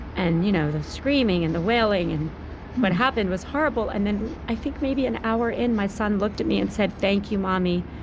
and you know the screaming, and the wailing, and what happened was horrible and then i think maybe an hour in, my son looked at me and said, thank you, mommy,